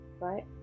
right